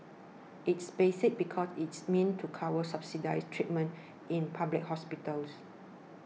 it's basic because it's meant to cover subsidised treatment in public hospitals